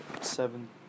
seven